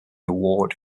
award